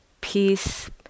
peace